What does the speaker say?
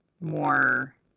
more